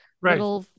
Right